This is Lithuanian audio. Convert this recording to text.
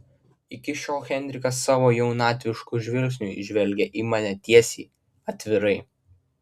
iki šiol henrikas savo jaunatvišku žvilgsniu žvelgė į mane tiesiai atvirai